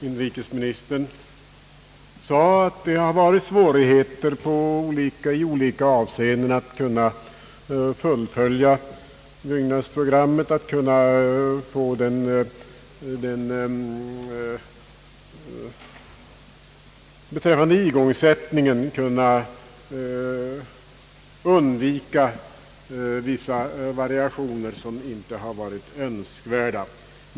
Inrikesministern sade att det varit svårigheter i olika avseenden att klara igångsättningen och undvika vissa variationer som inte varit önskvärda.